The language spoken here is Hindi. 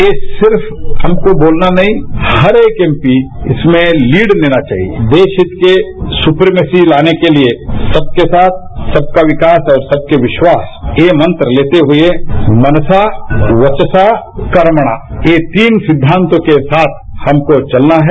यह सिर्फ हमको बोलना नहीं हर एक एम पी इसमें तीड लेना चाहिए देशहित के सुपरमेसी लाने के लिए सबके साथ सबका विकास और सबका विश्वास यह मंत्र लेते हुए मनसा वचसा कर्मणा ये तीन सिद्धांतों के साथ हमको चलना है